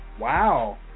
Wow